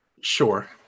Sure